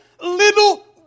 little